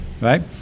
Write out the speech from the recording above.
right